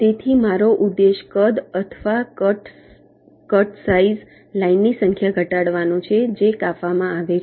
તેથી મારો ઉદ્દેશ્ય કદ અથવા કટ કટસાઈઝ લાઇનની સંખ્યા ઘટાડવાનો છે જે કાપવામાં આવે છે